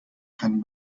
keinen